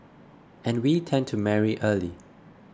and we tend to marry early